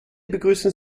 begrüßen